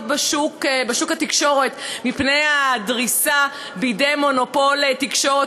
בשוק התקשורת מפני הדריסה בידי מונופול תקשורת,